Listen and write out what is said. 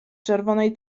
czerwonej